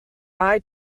eye